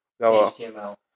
HTML